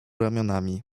ramionami